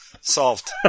Solved